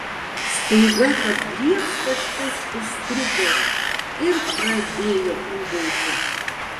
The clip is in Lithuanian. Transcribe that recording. staiga kad griebs kažkas už striukės ir pradėjo ūbauti